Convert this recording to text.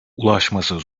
ulaşması